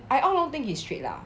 I all along think he's straight lah